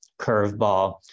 curveball